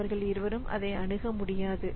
அவர்கள் இருவரும் அதை அணுக முடியும்